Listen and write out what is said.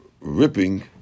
ripping